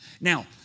Now